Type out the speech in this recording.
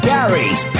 Gary's